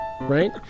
right